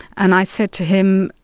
and i said to him,